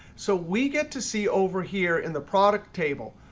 so we get to see over here in the product table,